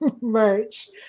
merch